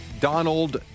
Donald